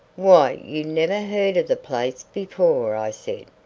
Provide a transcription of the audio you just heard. why, you never heard of the place before, i said.